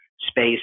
space